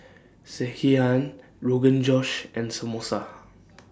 Sekihan Rogan Josh and Samosa